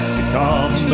become